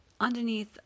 underneath